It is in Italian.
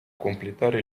completare